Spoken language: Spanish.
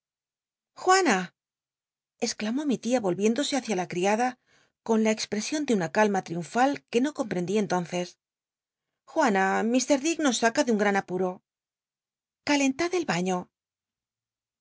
juan exclamó mi tia oiviéndo se mcia la criada con la exprcsion de luht calma triunfal c ue no comprendí entonces juana iir dick'nos saca de un gran apuro calentad el